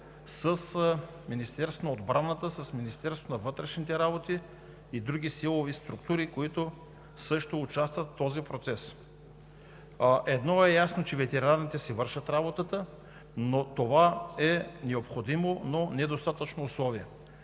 с Министерството на отбраната, с Министерството на вътрешните работи и други силови структури, които също участват в този процес. Едно е ясно, че ветеринарите си вършат работата. Това е необходимо, но не е достатъчно условие.